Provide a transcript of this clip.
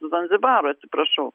zanzibaru atsiprašau